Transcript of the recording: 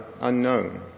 unknown